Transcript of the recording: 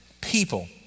people